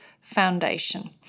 foundation